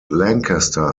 lancaster